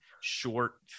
short